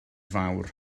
fawr